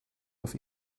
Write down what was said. auf